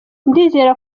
ndizera